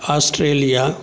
Australia